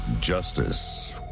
Justice